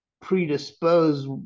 predispose